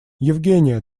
евгения